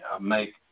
make